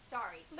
Sorry